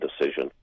decision